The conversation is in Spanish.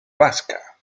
vasca